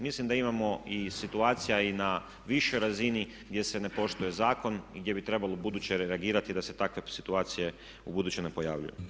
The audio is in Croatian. Mislim da imamo i situacija i na višoj razini gdje se ne poštuje zakon i gdje bi trebalo buduće reagirati da se takve situacije ubuduće ne pojavljuju.